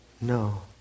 no